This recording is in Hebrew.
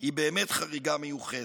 היא באמת חריגה מיוחדת.